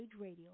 Radio